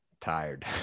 tired